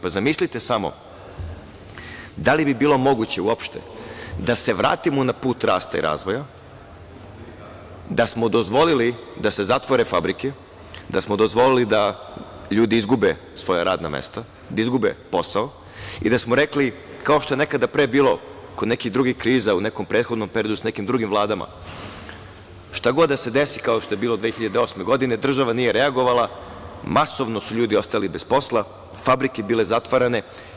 Zamislite samo, da li bi bilo moguće uopšte da se vratimo na put rasta i razvoja da smo dozvolili da se zatvore fabrike, da smo dozvolili da ljudi izgube svoja radna mesta, da izgube posao i da smo rekli, kao što je nekada pre bilo kod nekih drugih kriza u nekom prethodnom periodu s nekim drugim vladam, šta god da se desi, kao što je bilo 2008. godine, država nije reagovala, masovno su ljudi ostajali bez posla, fabrike bile zatvarane.